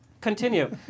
Continue